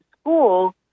school